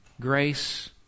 grace